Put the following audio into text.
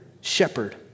shepherd